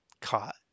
caught